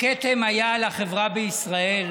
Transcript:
כתם היה לחברה בישראל